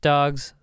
Dogs